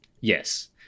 Yes